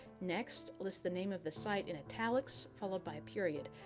next, list the name of the site in italics, followed by a period.